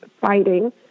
fighting